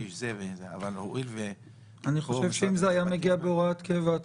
אני חושב שאם זה היה מגיע בהוראת קבע,